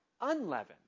unleavened